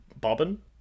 Bobbin